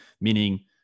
Meaning